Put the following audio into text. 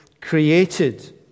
created